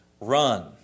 run